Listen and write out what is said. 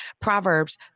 Proverbs